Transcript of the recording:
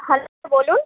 hello বলুন